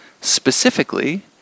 Specifically